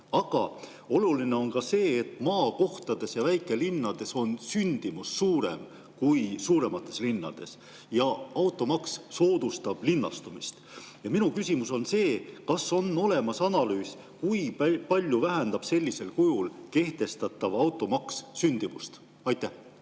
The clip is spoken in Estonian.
Oluline on ka see, et maakohtades ja väikelinnades on sündimus suurem kui suuremates linnades, aga automaks soodustab linnastumist. Minu küsimus on see: kas on olemas analüüs, kui palju vähendab sellisel kujul kehtestatav automaks sündimust? Aitäh,